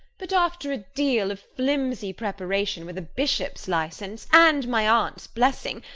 but, after a deal of flimsy preparation with a bishop's license, and my aunt's blessing,